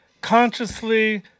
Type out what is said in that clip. consciously